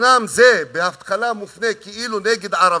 אומנם זה בהתחלה מופנה כאילו נגד ערבים,